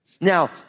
Now